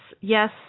Yes